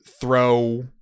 throw